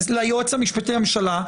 ליועץ המשפטי לממשלה.